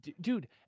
dude